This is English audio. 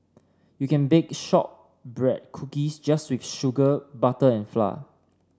you can bake shortbread cookies just with sugar butter and flour